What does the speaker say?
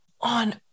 on